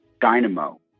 dynamo